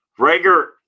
Rager